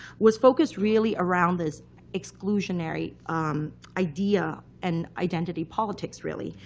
was focused, really, around this exclusionary idea and identity politics, really,